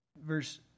Verse